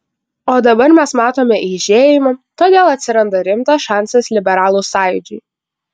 o dabar mes matome eižėjimą todėl atsiranda rimtas šansas liberalų sąjūdžiui